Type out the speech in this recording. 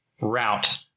route